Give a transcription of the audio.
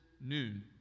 noon